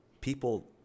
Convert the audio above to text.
people